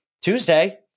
Tuesday